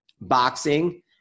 boxing